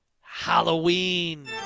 Halloween